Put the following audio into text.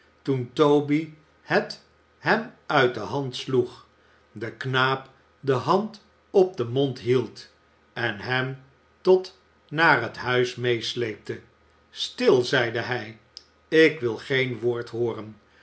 toen toby het hem uit de hand sloeg den knaap de hand op den mond hield en hem zoo naar het huis meesleepte stil zeide hij ik wil geen woord hooren